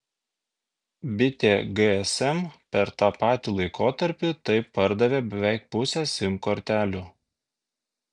bitė gsm per tą patį laikotarpį taip pardavė beveik pusę sim kortelių